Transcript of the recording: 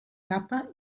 capa